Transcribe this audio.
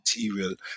material